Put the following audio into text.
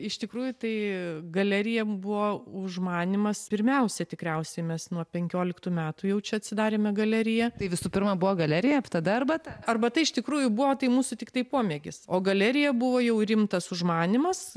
iš tikrųjų tai galerija buvo užmanymas pirmiausia tikriausiai mes nuo penkioliktų metų jau čia atsidarėme galerija tai visų pirma buvo galerija tada arbata arbata iš tikrųjų buvo tai mūsų tiktai pomėgis o galerija buvo jau rimtas užmanymas